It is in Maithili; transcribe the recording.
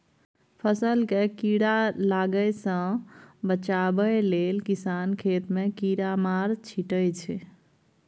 फसल केँ कीड़ा लागय सँ बचाबय लेल किसान खेत मे कीरामार छीटय छै